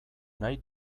nahi